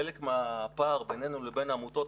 חלק מהפער בינינו לבין העמותות,